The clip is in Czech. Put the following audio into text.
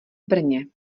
brně